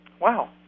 Wow